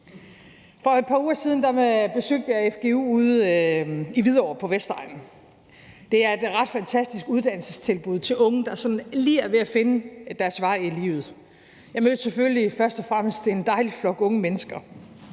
For et par uger siden besøgte jeg FGU ude i Hvidovre på Vestegnen. Det er et ret fantastisk uddannelsestilbud til unge, der sådan lige er ved at finde deres vej i livet. Jeg mødte selvfølgelig først og fremmest en dejlig flok unge mennesker.